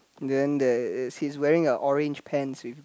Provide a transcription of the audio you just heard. then there is he is wearing a orange pants with